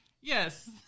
Yes